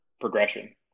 progression